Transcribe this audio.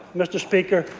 mr. speaker.